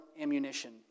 ammunition